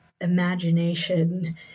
imagination